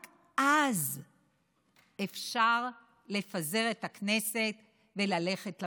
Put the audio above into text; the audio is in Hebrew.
רק אז אפשר לפזר את הכנסת וללכת לבחירות.